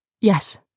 Yes